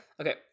Okay